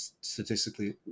statistically